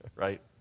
Right